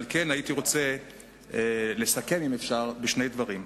על כן הייתי רוצה לסכם, אם אפשר, בשני דברים.